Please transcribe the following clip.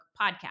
podcast